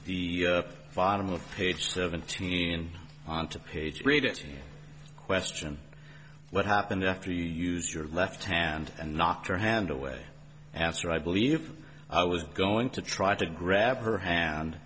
the bottom of page seventeen and on to page read it question what happened after the use your left hand and knocked her hand away after i believe i was going to try to grab her hand